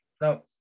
now